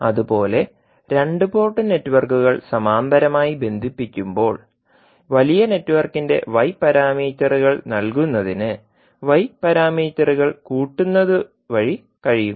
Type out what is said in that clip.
അതുപോലെ രണ്ട് പോർട്ട് നെറ്റ്വർക്കുകൾ സമാന്തരമായി ബന്ധിപ്പിക്കുമ്പോൾ വലിയ നെറ്റ്വർക്കിന്റെ y പാരാമീറ്ററുകൾ നൽകുന്നതിന് y പാരാമീറ്ററുകൾ കൂട്ടുന്നത് വഴി കഴിയും